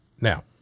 Now